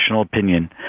opinion